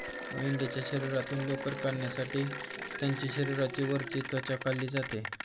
मेंढीच्या शरीरातून लोकर काढण्यासाठी त्यांची शरीराची वरची त्वचा काढली जाते